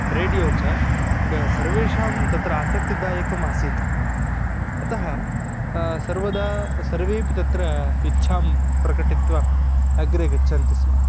radio च किं सर्वेषां तत्र आसक्तिदायकम् आसीत् अतः सर्वदा सर्वेऽपि तत्र इच्छां प्रकटयित्वा अग्रे गच्छन्ति स्म